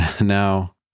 now